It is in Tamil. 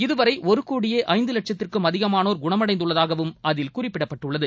இதுவரை ஒரு கோடியே ஐந்து வட்சத்திற்கும் அதிகமானோா் குணமடைந்துள்ளதாகவும் அதில் குறிப்பிடப்பட்டுள்ளது